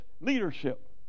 leadership